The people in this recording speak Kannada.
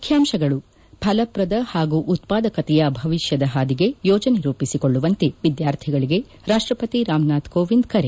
ಮುಂದಿನ ಫಲಪ್ರದ ಹಾಗೂ ಉತ್ಪಾದಕತೆಯ ಭವಿಷ್ಯದ ಹಾದಿಗೆ ಯೋಜನೆ ರೂಪಿಸಿಕೊಳ್ಳುವಂತೆ ವಿದ್ಯಾರ್ಥಿಗಳಿಗೆ ರಾಷ್ಟ ಪತಿ ರಾಮ್ನಾಥ್ ಕೋವಿಂದ್ ಕರೆ